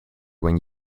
when